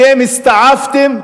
אתם הסתאבתם,